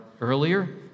earlier